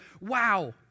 wow